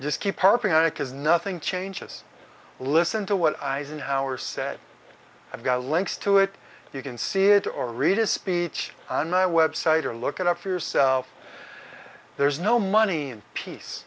just keep harping on it because nothing changes listen to what eisenhower said i've got a links to it you can see it or read a speech on my website or look it up for yourself there's no money in peace